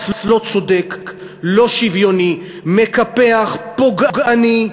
מס לא צודק, לא שוויוני, מקפח, פוגעני.